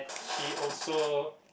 she also